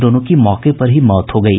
दोनों की मौके पर ही मौत हो गयी